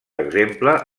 exemple